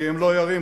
כי הם לא ירימו.